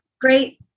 great